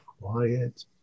quiet